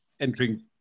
entering